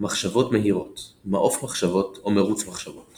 מחשבות מהירות - מעוף מחשבות או מרוץ מחשבות